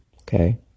Okay